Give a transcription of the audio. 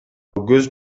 көз